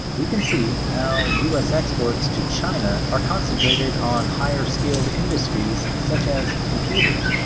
we can see how us exports to china are concentrated on higher skilled industries such as computers,